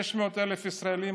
600,000 ישראלים,